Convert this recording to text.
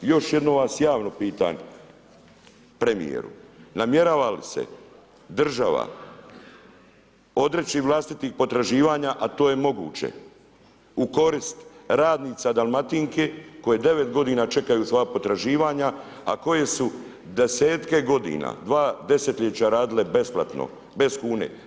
Još jednom vas javno pitam premijeru namjerava li se država odreći vlastitih potraživanja, a to je moguće u korist radnica Dalmatinke koje 9 godina čekaju svoja potraživanja, a koje su desetke godina 2 desetljeća radile besplatno bez kune.